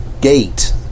gate